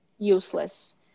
useless